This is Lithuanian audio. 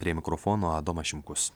prie mikrofono adomas šimkus